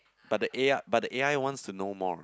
but the A_I but the A_I wants to know more